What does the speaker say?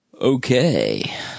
Okay